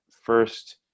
first